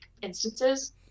instances